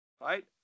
Right